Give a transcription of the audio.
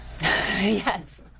Yes